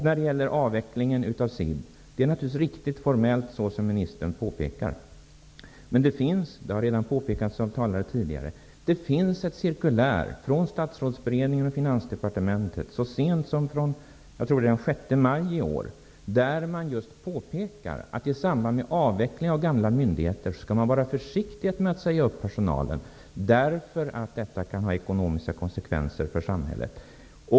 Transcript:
När det gäller avvecklingen av SIB är det naturligtvis formellt riktigt som ministern påpekar, men det finns, det har redan påpekats av talare tidigare, ett cirkulär från Statsrådsberedningen och Finansdepartementet så sent som från den 6 maj i år, tror jag, där man just påpekar att i samband med avveckling av gamla myndigheter skall man vara försiktig med att säga upp personal, därför att detta kan ha ekonomiska konsekvenser för samhället.